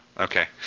Okay